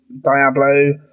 Diablo